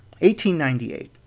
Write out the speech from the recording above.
1898